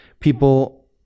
People